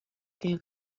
gave